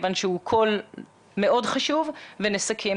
כיוון שהוא קול מאוד חשוב ונסכם.